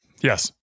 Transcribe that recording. Yes